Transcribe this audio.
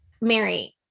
Mary